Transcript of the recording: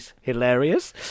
hilarious